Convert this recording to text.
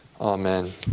Amen